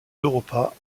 europa